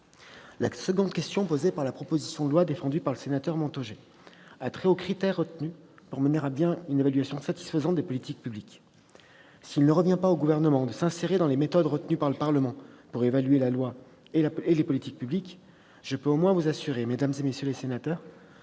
La seconde question posée par cette proposition de loi a trait aux critères retenus pour mener à bien une évaluation satisfaisante des politiques publiques. S'il ne revient pas au Gouvernement d'interférer dans le choix des méthodes retenues par le Parlement pour évaluer les lois et les politiques publiques, je puis du moins vous assurer, mesdames, messieurs les sénateurs,